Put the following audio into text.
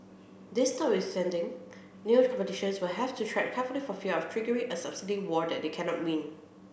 this notwithstanding new competitors will have to tread carefully for fear of triggering a subsidy war that they cannot win